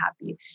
happy